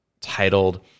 titled